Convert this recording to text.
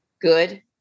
Good